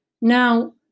Now